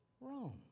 ...Rome